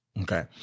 Okay